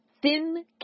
Thin